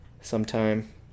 sometime